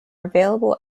available